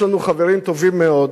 יש לנו חברים טובים מאוד